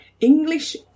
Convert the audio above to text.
English